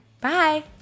Bye